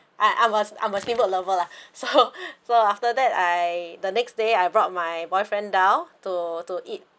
I'm I'm a steamboat lover lah so so after that I the next day I brought my boyfriend down to to